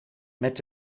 met